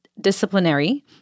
disciplinary